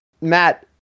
Matt